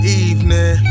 evening